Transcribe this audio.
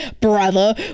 brother